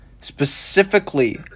Specifically